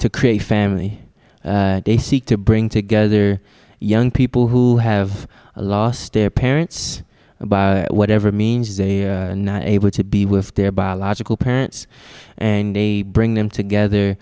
to create family they seek to bring together young people who have lost their parents and by whatever means they're not able to be with their biological parents and they bring them together